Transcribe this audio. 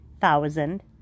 thousand